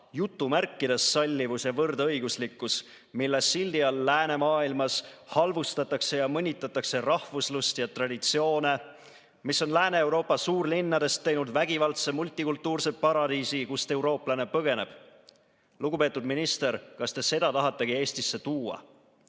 jutumärkides sallivus ja võrdõiguslikkus, mille sildi all läänemaailmas halvustatakse ja mõnitatakse rahvuslust ja traditsioone, mis on Lääne-Euroopa suurlinnadest teinud vägivaldse multikultuurse paradiisi, kust eurooplane põgeneb? Lugupeetud minister, kas te seda tahategi Eestisse tuua?